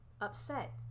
upset